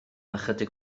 ychydig